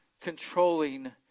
controlling